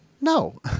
No